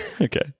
Okay